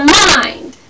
mind